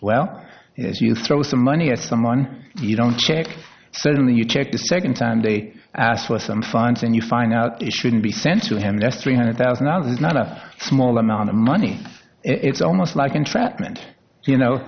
well as you throw some money at someone you don't check so when you check the second time they ask for some funds and you find out it shouldn't be sent to him that's three hundred thousand dollars not a small amount of money it's almost like entrapment you know